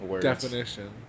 definition